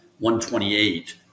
128